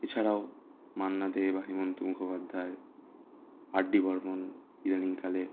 এছাড়াও মান্না দে বা Hemanta Mukhopadhyay R D Burman ইদানিং কালে